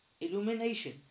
illumination